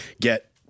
get